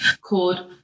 called